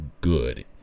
good